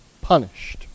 punished